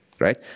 right